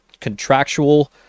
contractual